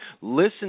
listen